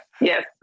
yes